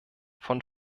von